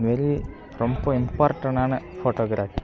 இதுமாரி ரொம்ப இம்பார்ட்டன்ணான ஃபோட்டோகிராஃப்